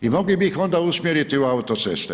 I mogli bi ih onda usmjeriti u autoceste.